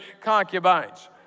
concubines